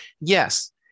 Yes